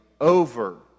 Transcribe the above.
over